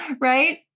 Right